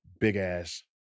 big-ass